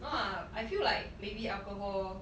no lah I feel like maybe alcohol